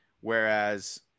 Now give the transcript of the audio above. Whereas